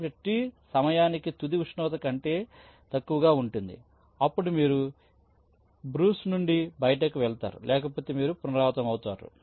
కాబట్టి T సమయానికి తుది ఉష్ణోగ్రత కంటే తక్కువగా ఉంటుంది అప్పుడు మీరు లూప్ నుండి బయటకు వెళ్తారు లేకపోతే మీరు పునరావృతమవుతారు